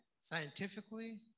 scientifically